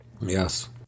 Yes